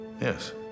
Yes